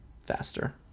faster